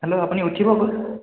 hello আপুনি উঠিব ক'ত